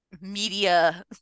media